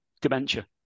dementia